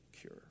cure